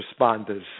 responders